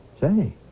Say